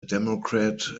democrat